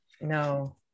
No